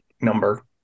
number